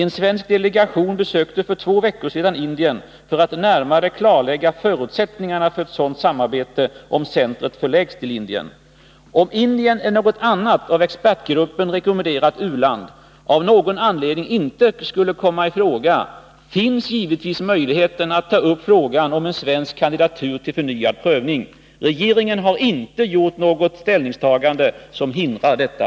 En svensk delegation besökte för två veckor sedan Indien för att närmare klarlägga förutsättningarna för ett sådant samarbete, om centret förläggs till Indien. Om Indien eller något annat av expertgruppen rekommenderat u-land av någon anledning inte skulle komma i fråga, finns givetvis möjligheten att ta upp frågan om en svensk kandidatur till förnyad prövning. Regeringen har inte gjort något ställningstagande som hindrar detta.